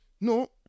No